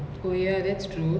oh ya that's true